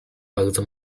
bardzo